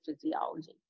physiology